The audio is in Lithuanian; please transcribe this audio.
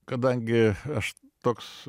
kadangi aš toks